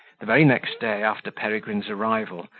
the very next day after peregrine's arrival,